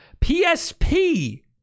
PSP